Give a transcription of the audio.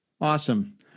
Awesome